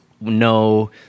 no